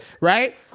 right